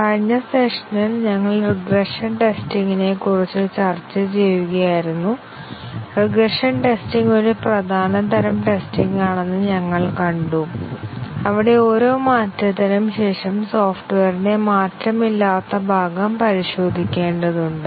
കഴിഞ്ഞ സെഷനിൽ ഞങ്ങൾ റിഗ്രഷൻ ടെസ്റ്റിംഗിനെക്കുറിച്ച് ചർച്ച ചെയ്യുകയായിരുന്നു റിഗ്രഷൻ ടെസ്റ്റിംഗ് ഒരു പ്രധാന തരം ടെസ്റ്റിംഗാണെന്ന് ഞങ്ങൾ കണ്ടു അവിടെ ഓരോ മാറ്റത്തിനും ശേഷം സോഫ്റ്റ്വെയറിന്റെ മാറ്റമില്ലാത്ത ഭാഗം പരിശോധിക്കേണ്ടതുണ്ട്